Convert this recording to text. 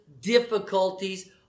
difficulties